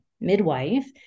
midwife